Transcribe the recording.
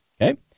Okay